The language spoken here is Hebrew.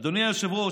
אדוני היושב-ראש,